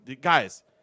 guys